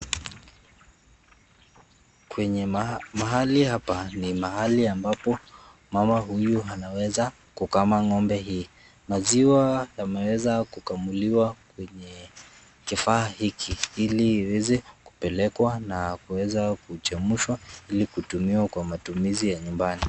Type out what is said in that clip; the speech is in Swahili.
Kwenye mahali hapa ni mahali ambapo mama huyu anaweza kukama ngombe hii. Maziwa yameweza kukamuliwa kwenye kifaa hiki ili iweze kupelekwa na kuweza kuchemshwa ili kutumiwa kwa matumizi ya nyumbani.